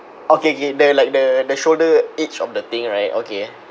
okay okay the like the the shoulder edge of the thing right okay